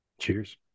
cheers